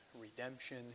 redemption